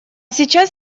сейчас